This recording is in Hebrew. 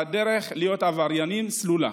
והדרך להיות עבריינים סלולה.